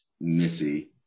Missy